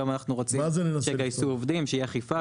גם אנחנו רוצים שהם יגייסו עובדים, שתהיה אכיפה.